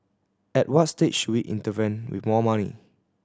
at what stage should we intervene with more money